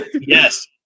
Yes